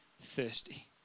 thirsty